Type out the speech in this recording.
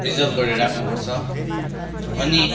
preserve गरेर राख्नुपर्छ अनि